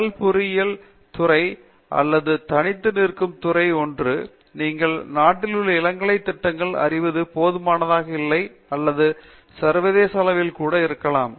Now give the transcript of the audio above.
கடல் பொறியியலாளர் துறவி அல்லது தனித்து நிற்கும் விஷயங்களில் ஒன்று நீங்கள் நாட்டிலுள்ள இளங்கலைத் திட்டங்களை அறிவது போதுமானதாக இல்லை அல்லது சர்வதேச அளவில் கூட இருக்கலாம்